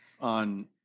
on